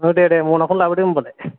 आव दे दे मनाखौनो लाबोदो होमबालाय